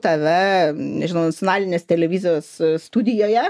tave nežinau nacionalinės televizijos studijoje